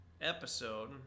episode